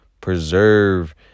preserve